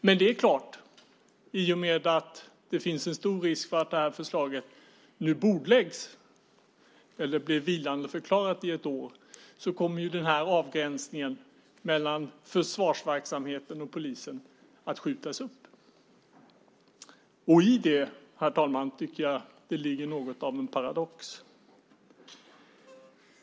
Men i och med att det finns stor risk för att förslaget bordläggs, eller blir vilandeförklarat i ett år, kommer avgränsningen mellan försvarsverksamheten och polisen att skjutas upp. I det ligger, herr talman, något av en paradox.